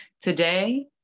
Today